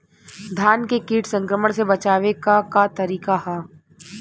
धान के कीट संक्रमण से बचावे क का तरीका ह?